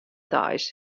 deis